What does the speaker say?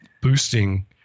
boosting